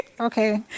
Okay